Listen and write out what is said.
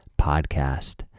podcast